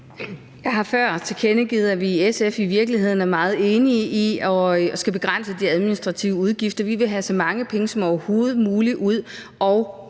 Jeg har før tilkendegivet, at vi i SF i virkeligheden er meget enige i, at man skal begrænse de administrative udgifter. Vi vil have så mange penge som overhovedet muligt ud